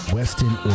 Weston